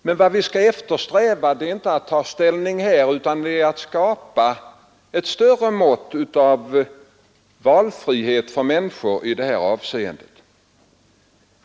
Men vad vi skall eftersträva är inte att här ta ställning till detta, utan det är att skapa ett större mått av valfrihet för människorna i de här avseendena.